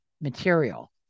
material